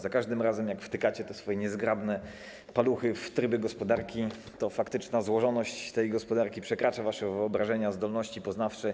Za każdym razem, jak wtykacie te swoje niezgrabne paluchy w tryby gospodarki, to faktyczna złożoność tej gospodarki przekracza wasze wyobrażenia, zdolności poznawcze.